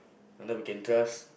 unless we can trust